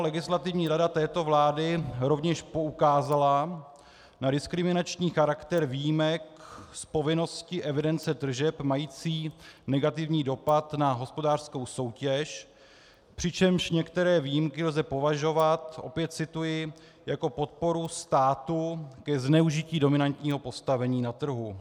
Legislativní rada této vlády rovněž poukázala na diskriminační charakter výjimek z povinnosti evidence tržeb, mající negativní dopad na hospodářskou soutěž, přičemž některé výjimky lze považovat, opět cituji, jako podporu státu i zneužití dominantního postavení na trhu.